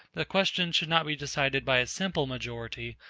the question should not be decided by a simple majority,